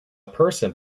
person